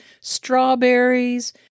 strawberries